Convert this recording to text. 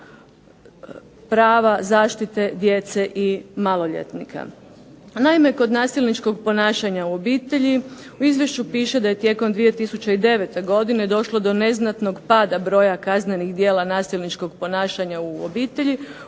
Naime, kod nasilničkog ponašanja u obitelji u Izvješću piše da je tijekom 2009. godine došlo do neznatnog pada broja kaznenih djela nasilničkog ponašanja u obitelji